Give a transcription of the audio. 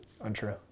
Untrue